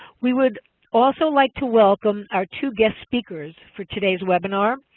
we would also like to welcome our two guest speakers for today's webinar,